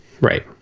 Right